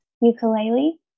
Ukulele